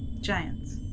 Giants